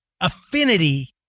affinity